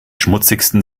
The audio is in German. schmutzigsten